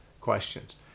questions